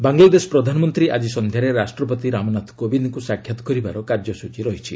ବାଂଲାଦେଶ ପ୍ରଧାନମନ୍ତ୍ରୀ ଆଜି ସନ୍ଧ୍ୟାରେ ରାଷ୍ଟ୍ରପତି ରାମନାଥ କୋବିନ୍ଦଙ୍କୁ ସାକ୍ଷାତ କରିବାର କାର୍ଯ୍ୟସୂଚୀ ରହିଛି